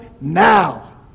now